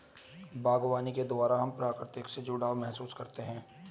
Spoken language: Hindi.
बागवानी के द्वारा हम प्रकृति से जुड़ाव महसूस करते हैं